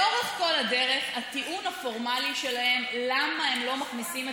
לאורך כל הדרך הטיעון הפורמלי שלהם למה הם לא מכניסים את